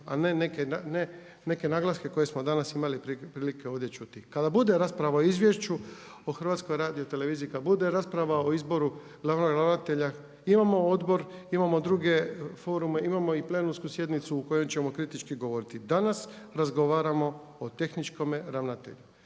a ne neka naglaske koje smo danas imali prilike ovdje čuti. Kada bude rasprava o izvješću od HRT-u, kada bude rasprava o izboru glavnog ravnatelja imamo odbor, imamo druge forume, imamo i plenarnu sjednicu u kojoj ćemo kritički govoriti. Danas razgovaramo o tehničkome ravnatelju.